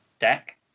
deck